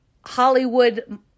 Hollywood